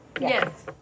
Yes